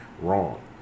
wrong